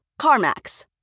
CarMax